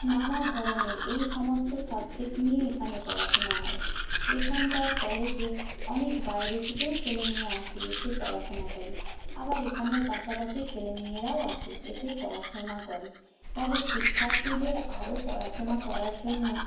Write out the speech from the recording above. নানা ধরনের এই সমস্ত সাবজেক্ট নিয়ে এখানে পড়াশোনা হয় এখানকার কলেজে অনেক বাইরে থেকেও ছেলেমেয়ে আসে এসে পড়াশোনা করে আবার এখানের পাশাপাশি ছেলেমেয়েরাও আসে এসে পড়াশোনা করে তবে শিক্ষার্থীদের আরও পড়াশোনা করার জন্য